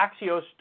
Axios